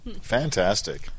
Fantastic